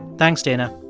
thanks, dana.